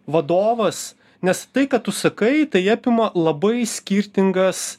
vadovas nes tai ką tu sakai tai apima labai skirtingas